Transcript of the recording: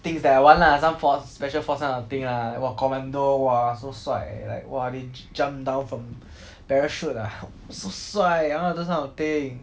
things that I want lah some force special force kind of thing ah like !wah! commando !wah! so 帅 like !wah! they jumped down from parachute ah so 帅 I want to do those kind of thing